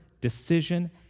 decision